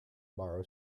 borrow